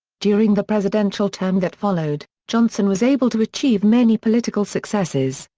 during the presidential term that followed, johnson was able to achieve many political successes,